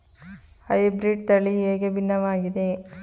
Hybrid ತಳಿ ಹೇಗೆ ಭಿನ್ನವಾಗಿದೆ?